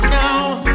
now